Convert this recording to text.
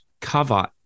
cover